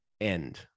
end